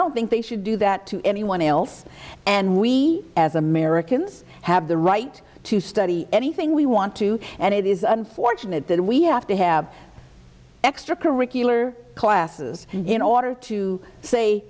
don't think they should do that to anyone else and we as americans have the right to study anything we want to and it is unfortunate that we have to have extra curricular classes in order to say